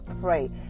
pray